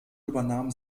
übernahm